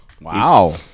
Wow